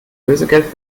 lösegeld